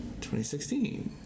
2016